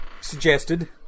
suggested